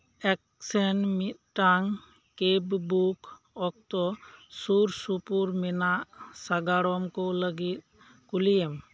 ᱮᱠᱥᱮᱱ ᱢᱤᱫᱴᱟᱝ ᱠᱮᱯ ᱵᱩᱠ ᱚᱠᱛᱚ ᱥᱩᱨ ᱥᱩᱯᱩᱨ ᱢᱮᱱᱟᱜ ᱥᱟᱜᱟᱲᱚᱢ ᱠᱩ ᱞᱟᱹᱜᱤᱫ ᱠᱩᱞᱤᱭᱮᱢ